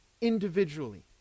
individually